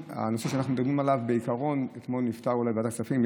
הנושא שאנחנו מדברים עליו בעיקרון אולי נפתר אתמול בוועדת הכספים,